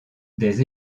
des